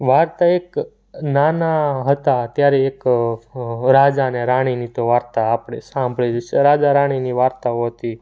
વાર્તા એક નાના હતા ત્યારે એક રાજા અને રાણીની તો વાર્તા આપણે સંભળેલી છે રાજા રાણીની વાર્તાઓ હતી